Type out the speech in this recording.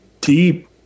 deep –